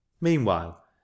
meanwhile